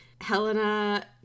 Helena